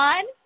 One